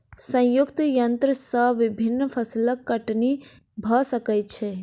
संयुक्तक यन्त्र से विभिन्न फसिलक कटनी भ सकै छै